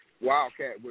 Wildcat